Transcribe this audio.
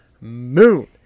moon